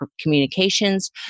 communications